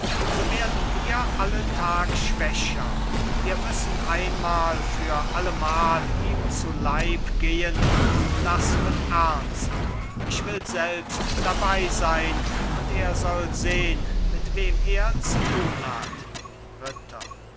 so werden wir alle tag schwächer wir müssen einmal für allemal ihm zu leib gehen und das mit ernst ich will selbst dabei sein und er soll sehn mit wem er zu tun hat